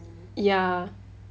ya